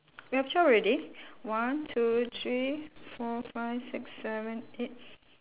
you got twelve already one two three four five six seven eight